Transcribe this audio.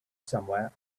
somewhere